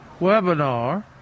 Webinar